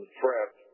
threat